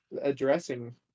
addressing